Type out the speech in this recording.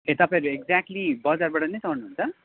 ए तपाईँहरू एक्ज्याक्टली बजारबाट नै चढ्नु हुन्छ